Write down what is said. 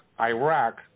Iraq